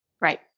Right